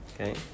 Okay